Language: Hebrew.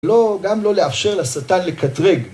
לא, גם לא לאפשר לשטן לקטרג.